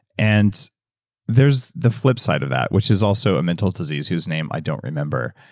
and there's the flip side of that, which is also a mental disease, whose name i don't remember.